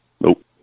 Nope